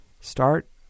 Start